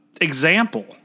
example